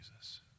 Jesus